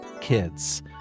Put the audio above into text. kids